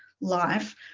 life